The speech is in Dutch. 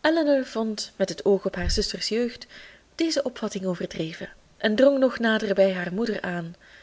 elinor vond met het oog op haar zuster's jeugd deze opvatting overdreven en drong nog nader bij haar moeder aan